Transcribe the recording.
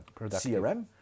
crm